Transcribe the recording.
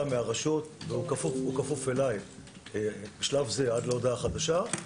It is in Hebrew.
מהרשות והוא כפוף אליי בשלב זה עד להודעה חדשה.